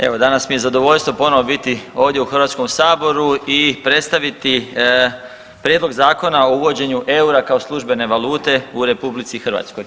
Evo danas mi je zadovoljstvo ponovo biti ovdje u Hrvatskom saboru i predstaviti Prijedlog zakona o uvođenju eura kao službene valute u RH.